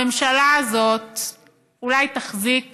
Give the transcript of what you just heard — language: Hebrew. הממשלה הזאת אולי תחזיק